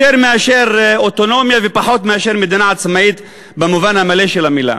יותר מאשר אוטונומיה ופחות מאשר מדינה עצמאית במובן המלא של המילה.